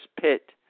pit